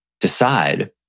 decide